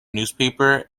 newspaper